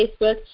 Facebook